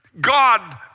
God